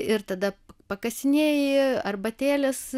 ir tada pakasinėji arbatėlės